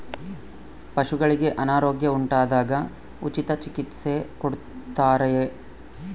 ಪಶುಗಳಿಗೆ ಅನಾರೋಗ್ಯ ಉಂಟಾದಾಗ ಉಚಿತ ಚಿಕಿತ್ಸೆ ಕೊಡುತ್ತಾರೆಯೇ?